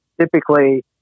Typically